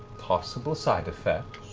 possible side effects.